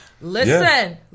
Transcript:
Listen